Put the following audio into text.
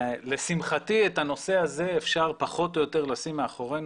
ולשמחתי את הנושא הזה אפשר פחות או יותר לשים מאחורינו,